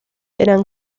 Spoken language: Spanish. eran